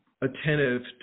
attentive